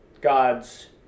god's